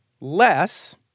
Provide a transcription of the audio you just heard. less